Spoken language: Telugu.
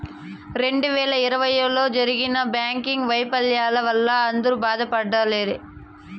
రెండు వేల ఇరవైలో జరిగిన బ్యాంకింగ్ వైఫల్యాల వల్ల అందరూ బాధపడలేదు